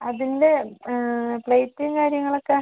അതിൻ്റെ പ്ലേറ്റും കാര്യങ്ങളൊക്കെ